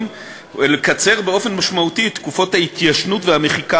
ולקצר באופן משמעותי את תקופות ההתיישנות והמחיקה